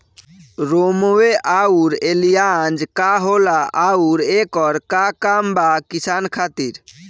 रोम्वे आउर एलियान्ज का होला आउरएकर का काम बा किसान खातिर?